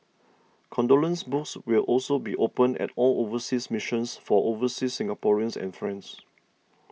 condolence books will also be opened at all overseas missions for overseas Singaporeans and friends